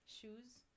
shoes